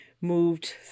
moved